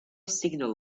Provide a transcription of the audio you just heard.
signal